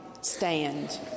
stand